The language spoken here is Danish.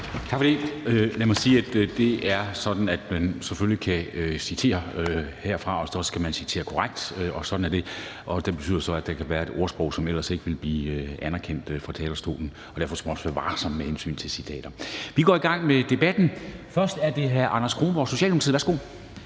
Tak for det. Lad mig sige, at det er sådan, at man selvfølgelig kan citere herfra, og så skal man citere korrekt, og sådan er det. Det betyder så, at der kan blive citeret et ordsprog fra talerstolen, hvor sprogbrugen ellers ikke ville blive anerkendt. Derfor skal man også være varsom med hensyn til citater. Vi går i gang med debatten. Det er først hr. Anders Kronborg, Socialdemokratiet. Værsgo.